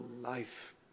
life